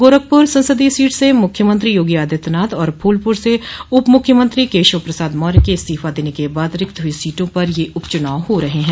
गोरखपुर संसदीय सीट से मुख्यमंत्री योगी आदित्यनाथ और फूलपुर से उप मुख्यमंत्री केशव प्रसाद मौर्य के इस्तीफा देने के बाद रिक्त हुई सीटों पर उप चुनाव हो रहे हैं